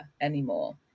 anymore